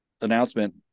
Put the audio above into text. announcement